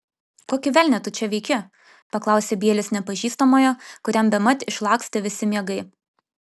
kokį velnią tu čia veiki paklausė bielis nepažįstamojo kuriam bemat išlakstė visi miegai